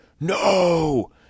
No